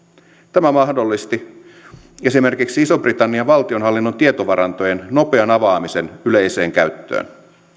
tämä mahdollisti esimerkiksi ison britannian valtionhallinnon tietovarantojen nopean avaamisen yleiseen käyttöön